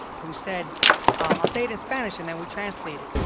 who said um i'll say it in spanish and then we'll translate it.